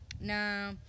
No